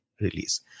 release